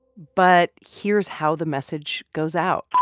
but here's how the message goes out